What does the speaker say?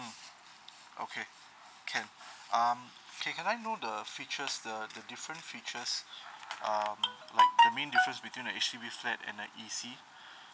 mm okay can um can can I know the features the the different features um like the main difference between a H_D_B flat and a E_C